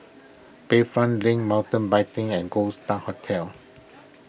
Bayfront Link Mountain Biking and Gold Star Hotel